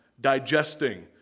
digesting